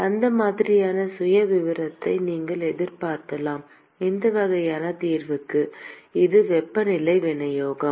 அந்த மாதிரியான சுயவிவரத்தை நீங்கள் எதிர்பார்க்கலாம் இந்த வகையான தீர்வுக்கு இது வெப்பநிலை விநியோகம்